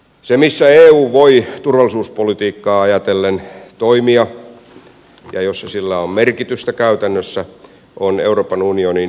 se missä eu voi turvallisuuspolitiikkaa ajatellen toimia ja missä sillä on merkitystä käytännössä on euroopan unionin itänaapuruuspolitiikka